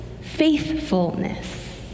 faithfulness